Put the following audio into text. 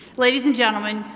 ladies and gentlemen,